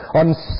on